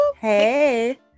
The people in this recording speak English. Hey